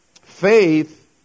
Faith